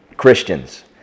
Christians